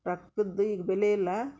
ರೊಕ್ಕದ್ದು ಈಗ ಬೆಲೆ ಇಲ್ಲ